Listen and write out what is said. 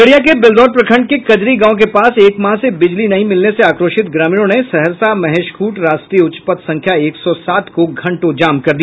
खगड़िया के बेलदौर प्रखंड के कजरी गांव के पास एक माह से बिजली नहीं मिलने से आक्रोशित ग्रामीणों ने सहरसा महेशखुंट राष्ट्रीय उच्च पथ संख्या एक सौ सात को घंटों जमा कर दिया